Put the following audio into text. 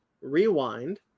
Rewind